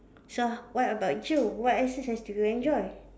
so what about you what exercises do you enjoy